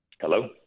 Hello